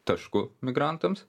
tašku migrantams